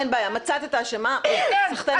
אין בעיה, מצאת את האשמה, סחתיין עלייך.